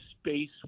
space